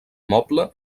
moble